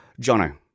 Jono